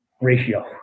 ratio